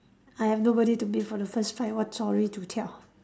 I have nobody to meet for the first time what story to tell